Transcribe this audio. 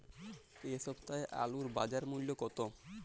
এ সপ্তাহের আলুর বাজার মূল্য কত?